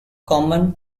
common